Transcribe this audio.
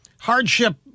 Hardship